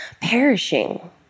perishing